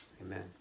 Amen